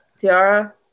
Tiara